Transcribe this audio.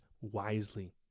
wisely